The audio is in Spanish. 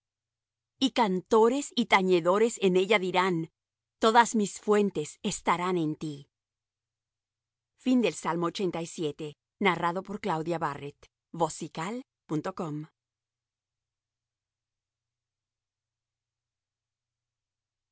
y cantores y tañedores en ella dirán todas mis fuentes estarán en ti